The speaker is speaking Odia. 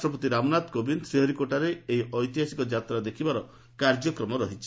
ରାଷ୍ଟ୍ରପତି ରାମନାଥ କୋବିନ୍ଦ ଶ୍ରୀହରିକୋଟାରେ ଏହି ଐତିହାସିକ ଯାତ୍ରା ଦେଖିବାର କାର୍ଯ୍ୟକ୍ରମ ରହିଛି